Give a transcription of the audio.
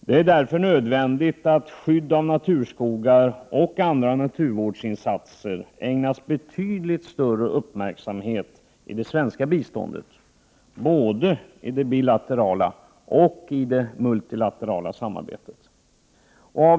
Det är därför nödvändigt att skydd av naturskogar och andra naturvårdsinsatser ägnas betydligt större uppmärksamhet i det svenska biståndet, både i det bilaterala och i det multilaterala samarbetet.